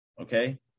okay